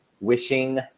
wishing